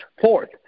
fourth